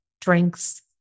drinks